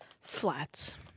Flats